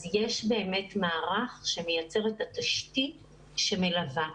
אז יש באמת מערך שמייצר את התשתית שמלווה.